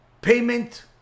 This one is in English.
payment